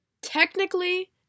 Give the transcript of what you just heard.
technically